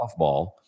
softball